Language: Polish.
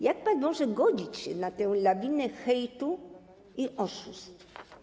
Jak pan może godzić się na tę lawinę hejtu i oszustw?